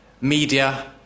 media